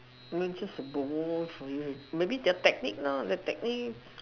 no is just a goals for me maybe just technique lah just technique